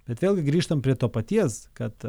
bet vėlgi grįžtam prie to paties kad